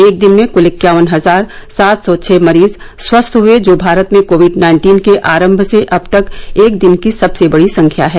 एक दिन में क्ल इक्यावन हजार सात सौ छ मरीज स्वस्थ हुए जो भारत में कोविड नाइन्टीन के आरंभ से अब तक एक दिन की सबसे बड़ी संख्या है